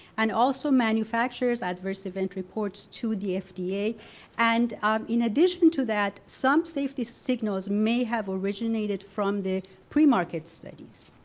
and also manufacturers adverse event reports to the fda and um in addition to that some safety signals may have originated from the free market studies.